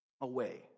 away